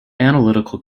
analytical